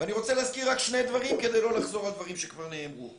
ואזכיר רק שני דברים כדי לא לחזור על דברים שכבר נאמרו.